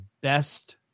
best